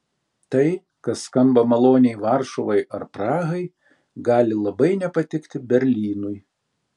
tai kas skamba maloniai varšuvai ar prahai gali labai nepatikti berlynui